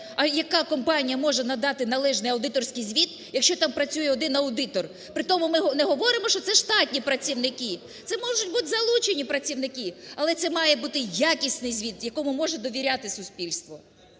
а яка компанія може надати належний аудиторський звіт, якщо там працює один аудитор? Притому, ми не говоримо, що це – штатні працівники, це можуть бути залучені працівники, але це має бути якісний звіт, якому може довіряти суспільство.